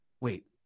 wait